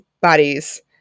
bodies